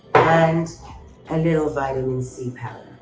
and a little vitamin c powder.